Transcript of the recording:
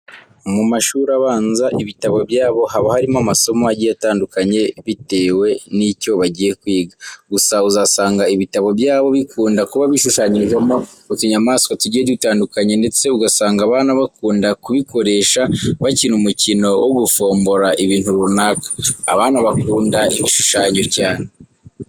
Mu mashuri abanza, ibitabo byabo haba harimo amasomo agiye atandukanye bietewe n'icyo bagiye kwiga. Gusa uzasanga ibitabo byabo bikunda kuba bishushanyijemo utunyamaswa tugiye dutandukanye ndetse ugasanga abana bakunda kubikoresha bakina umukino wo gufombora ibintu runaka. Abana bakunda ibishushanyo cyane.